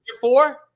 four